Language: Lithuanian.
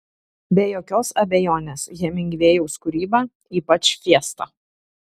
be jokios abejonės hemingvėjaus kūryba ypač fiesta